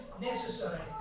necessary